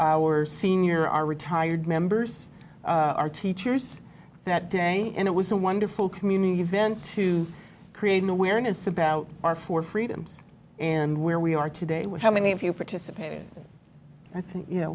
back our senior our retired members our teachers that day and it was a wonderful community event to create an awareness about our four freedoms and where we are today with how many of you participated i think you know